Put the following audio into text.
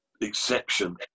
exception